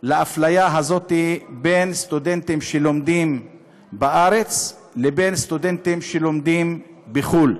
לאפליה הזאת בין סטודנטים שלומדים בארץ לבין סטודנטים שלומדים בחו"ל.